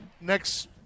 next